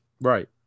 right